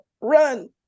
run